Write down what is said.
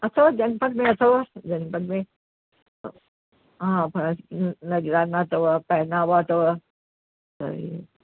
अथव जनपथ में अथव जनपथ में हा नजराना अथव पहनावा अथव त ही